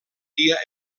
dia